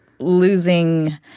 losing